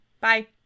Bye